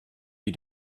you